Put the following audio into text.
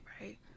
Right